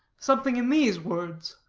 something in these words